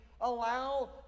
allow